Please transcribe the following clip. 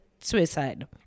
suicide